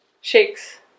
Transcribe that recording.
Shakes